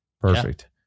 Perfect